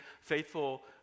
faithful